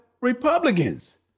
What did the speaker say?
Republicans